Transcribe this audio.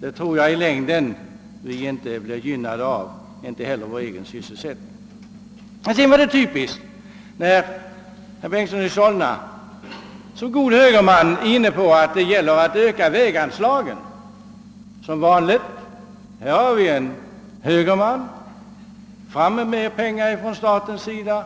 Jag tror inte att detta i längden gynnar oss och vår sysselsättning. Sedan var det typiskt att herr Bengtson i Solna som god högerman sade, att det är nödvändigt att öka väganslagen. Som vanligt är det en högerman som säger: »Fram med mer pengar från statens sida!»